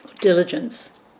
diligence